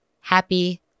happy